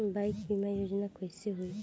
Bike बीमा योजना कैसे होई?